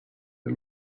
the